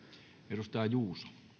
arvoisa puhemies